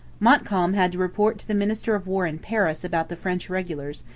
montcalm had to report to the minister of war in paris about the french regulars,